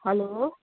hello